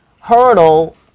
hurdle